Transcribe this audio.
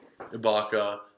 Ibaka